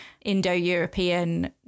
indo-european